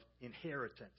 inheritance